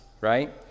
right